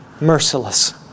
merciless